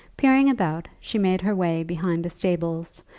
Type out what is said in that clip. peering about, she made her way behind the stables,